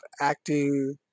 acting